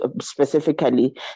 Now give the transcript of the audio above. specifically